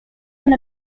and